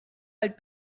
alt